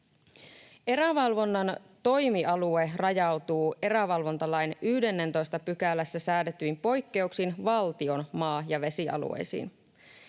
Erävalvonnan toimialue rajautuu erävalvontalain 11 §:ssä säädetyin poikkeuksin valtion maa- ja vesialueisiin.